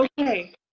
Okay